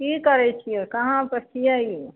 की करय छियै कहाँपर छियै ये